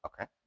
Okay